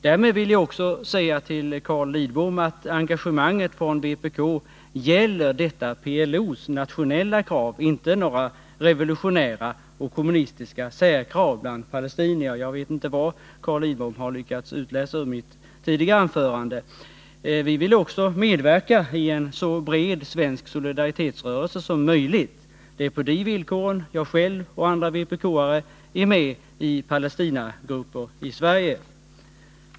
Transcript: Därmed vill jag också säga till Carl Lidbom att engagemanget från vpk gäller detta PLO:s nationella krav, inte några revolutionära och kommunistiska särkrav bland palestinierna — och jag vet inte vad som Carl Lidbom har lyckats utläsa ur mitt tidigare anförande. Vi vill också medverka i en så bred svensk solidaritetsrörelse som möjligt. Det är på de villkoren jag själv och andra vpk-are är med i Palestinagrupper i Sverige.